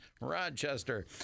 Rochester